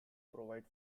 provide